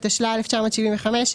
התשל"ה 1975,